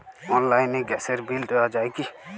অনলাইনে গ্যাসের বিল দেওয়া যায় কি?